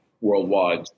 worldwide